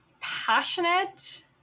Passionate